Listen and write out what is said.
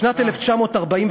בשנת 1941,